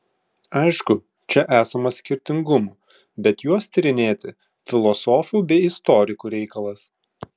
aišku čia esama skirtingumų bet juos tyrinėti filosofų bei istorikų reikalas